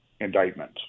indictment